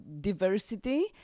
diversity